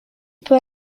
put